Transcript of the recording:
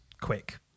quick